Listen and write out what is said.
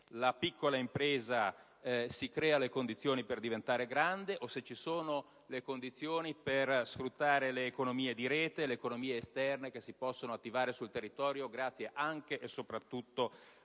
la piccola impresa si crea le condizioni per diventare grande o se ci sono le condizioni per sfruttare le economie di rete e le economie esterne, che si possono attivare sul territorio grazie anche e soprattutto